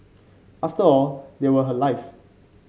after all they were her life